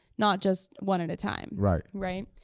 not just one at a time. right. right?